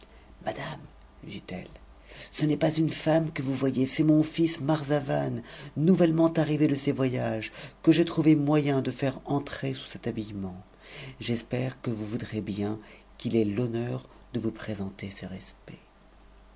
madame lui dit-elle ce n'est pas une femme que vous voyez c'est mon fils marzavan nouvellement arrivé de ses voyages que j'ai trouvé moyen de faire entrer sous cet habillement j'espère que vous voudrez bien qu ait l'honneur de vous présenter ses respects